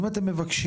אם אתם מבקשים,